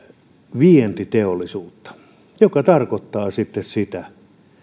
vientiteollisuutta mikä tarkoittaa sitten sitä